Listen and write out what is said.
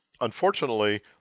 unfortunately